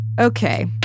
Okay